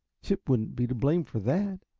chip wouldn't be to blame for that,